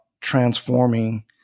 transforming